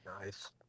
nice